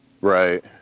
right